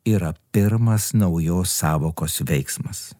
yra pirmas naujos sąvokos veiksmas